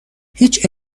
هیچ